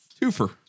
twofer